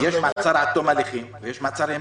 מעצר עד תום הליכים ויש מעצר ימים.